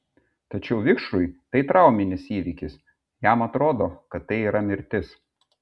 tačiau vikšrui tai trauminis įvykis jam atrodo kad tai yra mirtis